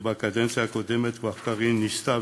ובקדנציה הקודמת כבר קארין ניסתה,